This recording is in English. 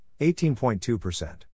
18.2%